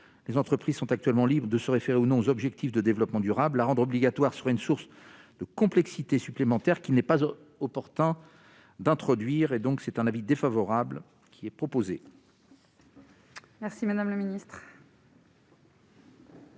les entreprises sont actuellement de se référer ou non aux objectifs de développement durable à rendre obligatoire, soit une source de complexité supplémentaire qui n'est pas au opportun d'introduire et donc c'est un avis défavorable qui est proposé. Merci, Madame le Ministre.